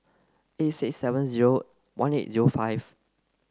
eight six seven zero one eight zero five